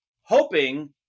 hoping